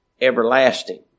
everlasting